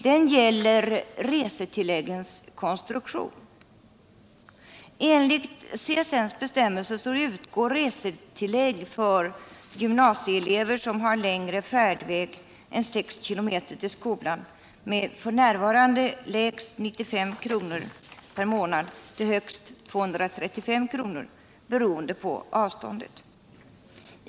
Den gäller resetilläggens konstruktion. Enligt CSN:s bestämmelser utgår resetillägg för gymnasieelever som har längre färdväg än 6 km till skolan med f.n. lägst 95 kr. per månad och högst 235 kr. per månad beroende på avståndet.